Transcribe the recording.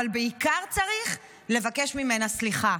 אבל בעיקר צריך לבקש ממנה סליחה.